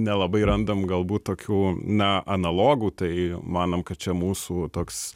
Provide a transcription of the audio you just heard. nelabai randam galbūt tokių na analogų tai manom kad čia mūsų toks